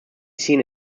seen